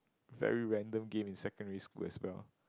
very random game in secondary school as well